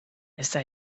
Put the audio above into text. esa